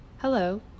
Hello